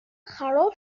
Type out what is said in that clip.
خراب